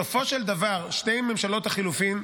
בסופו של דבר, שתי ממשלות החילופים,